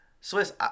swiss